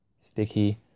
Sticky